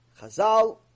Chazal